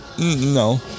No